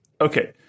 Okay